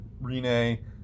Rene